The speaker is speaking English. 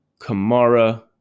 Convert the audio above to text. Kamara